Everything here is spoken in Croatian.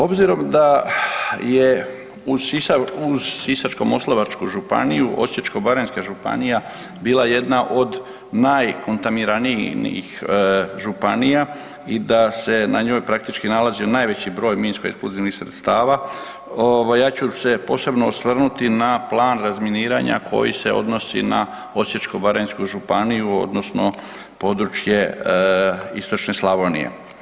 Obzirom da je u Sisačko-moslavačku županiju, Osječko-baranjska županija bila jedna od najkontaminiranijih županija i da se na njoj praktički nalazio najveći broj minsko-eksplozivnih sredstava, ja ću se posebno osvrnuti na plan razminiranja koji se odnosi na Osječko-baranjsku županiju, odnosno područje istočne Slavonije.